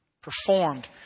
performed